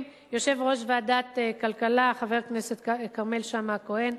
יושב-ראש ועדת הכלכלה חבר הכנסת כרמל שאמה-הכהן,